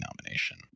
nomination